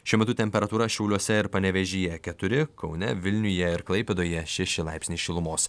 šiuo metu temperatūra šiauliuose ir panevėžyje keturi kaune vilniuje ir klaipėdoje šeši laipsniai šilumos